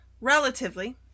relatively